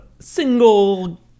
Single